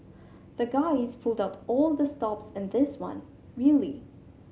the guys pulled out all the stops in this one really